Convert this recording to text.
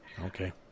okay